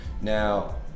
Now